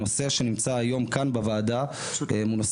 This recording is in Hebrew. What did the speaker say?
הנושא שנמצא היום לדיון כאן בוועדה הוא נושא